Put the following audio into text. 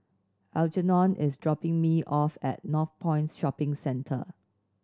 Algernon is dropping me off at Northpoint Shopping Centre